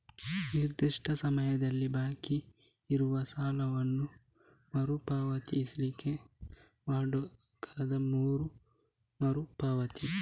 ನಿರ್ದಿಷ್ಟ ಸಮಯದಲ್ಲಿ ಬಾಕಿ ಇರುವ ಸಾಲವನ್ನ ಮರು ಪಾವತಿಸ್ಲಿಕ್ಕೆ ಮಾಡ್ಬೇಕಾದ ಮರು ಪಾವತಿ